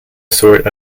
sort